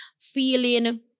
feeling